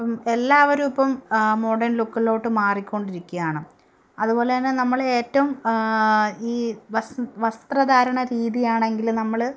ഇപ്പം എല്ലാവരും ഇപ്പം മോഡേൺ ലുക്കിലോട്ട് മാറിക്കൊണ്ടിരിക്കുകയാണ് അതുപോലെ തന്നെ നമ്മൾ ഏറ്റവും ഈ വസ് വസ്ത്രധാരണ രീതിയാണെങ്കിൽ നമ്മൾ